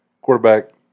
Quarterback